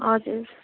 हजुर